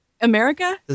America